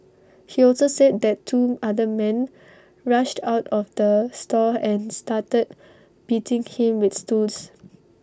he also said that two other men rushed out of the store and started beating him with stools